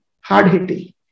hard-hitting